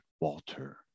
Walter